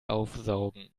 aufsaugen